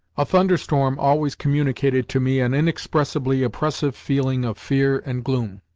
a thunderstorm always communicated to me an inexpressibly oppressive feeling of fear and gloom.